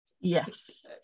Yes